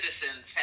citizens